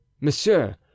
Monsieur